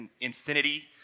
infinity